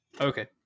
Okay